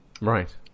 Right